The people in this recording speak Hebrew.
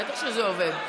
בטח שזה עובד.